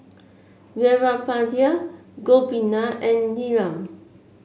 Veerapandiya Gopinath and Neelam